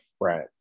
Right